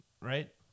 Right